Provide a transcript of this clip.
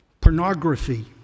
pornography